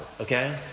Okay